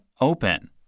open